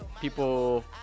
people